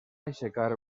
aixecar